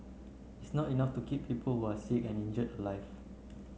it's not enough to keep people who are sick and injured alive